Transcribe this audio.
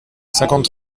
cinquante